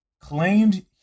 claimed